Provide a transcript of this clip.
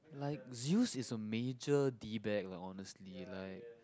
like Zeus is a major lah honestly like